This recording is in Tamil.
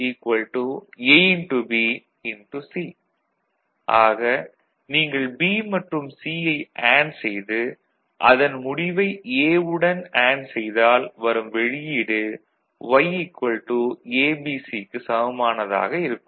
C ஆக நீங்கள் B மற்றும் C யை அண்டு செய்து அதன் முடிவை A வுடன் அண்டு செய்தால் வரும் வெளியீடு Y ABC க்கு சமமானதாகத் இருக்கும்